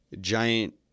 giant –